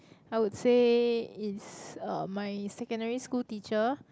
I would say it's uh my secondary school teacher